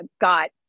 got